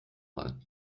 mal